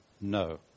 No